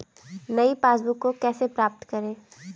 नई पासबुक को कैसे प्राप्त करें?